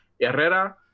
Herrera